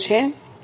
તેથી 200000